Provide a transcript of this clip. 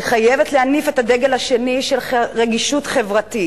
היא חייבת להניף את הדגל השני, של רגישות חברתית,